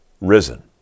risen